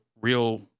real